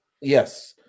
Yes